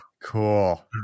Cool